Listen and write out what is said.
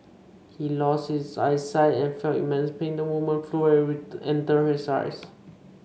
he lost his eyesight and felt immense pain the moment the fluid entered his right eye